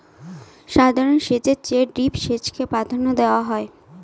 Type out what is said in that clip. সাধারণ সেচের চেয়ে ড্রিপ সেচকে প্রাধান্য দেওয়া হয়